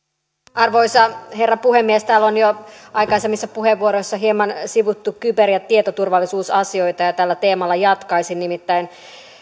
arvoisa herra puhemies täällä on jo aikaisemmissa puheenvuoroissa hieman sivuttu kyber ja tietoturvallisuusasioita ja tällä teemalla jatkaisin nimittäin